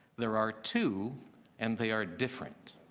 there are two and they are different.